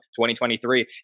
2023